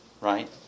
right